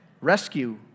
Rescue